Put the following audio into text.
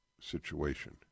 situation